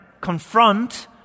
confront